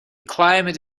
climate